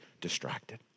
distracted